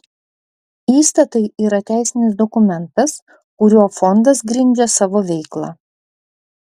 įstatai yra teisinis dokumentas kuriuo fondas grindžia savo veiklą